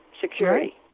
Security